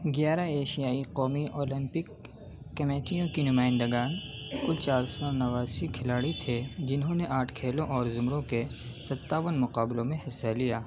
گیارہ ایشیائی قومی اولمپک کمیٹیوں کی نمائندگان کل چار سو نواسی کھلاڑی تھے جنہوں نے آٹھ کھیلوں اور زمروں کے ستاون مقابلوں میں حصہ لیا